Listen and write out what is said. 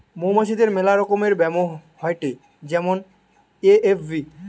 মৌমাছিদের মেলা রকমের ব্যামো হয়েটে যেমন এ.এফ.বি